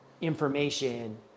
information